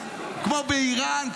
כמו באיראן,